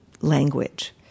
language